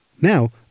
Now